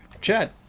Chad